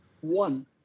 One